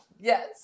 Yes